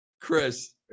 Chris